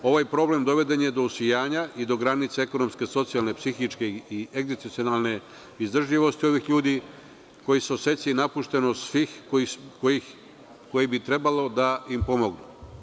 Ovaj problem doveden je do usijanja i do granice ekonomske, socijalne, psihičke i egzistencionalne izdržljivosti ovih ljudi koji se osećaju napušteni od svih koji bi trebalo da im pomognu.